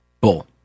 Bull